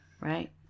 right